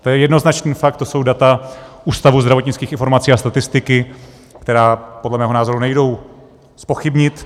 To je jednoznačný fakt, to jsou data Ústavu zdravotnických informací a statistiky, která podle mého názoru nejdou zpochybnit.